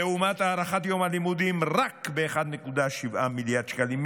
לעומת הארכת יום הלימודים רק ב-1.7 מיליארד שקלים.